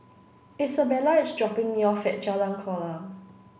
Isabella is dropping me off at Jalan Kuala